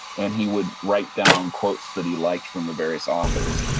and he would write down quotes that he liked from the various authors.